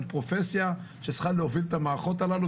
פרופסיה שצריכה להוביל את המערכות האלה,